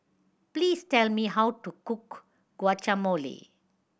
please tell me how to cook Guacamole